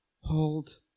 hold